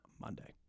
monday